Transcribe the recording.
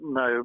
no